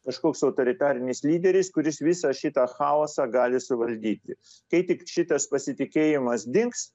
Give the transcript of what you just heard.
kažkoks autoritarinis lyderis kuris visą šitą chaosą gali suvaldyti kai tik šitas pasitikėjimas dings